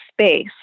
space